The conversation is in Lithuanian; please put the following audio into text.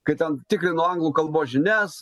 kai ten tikrino anglų kalbos žinias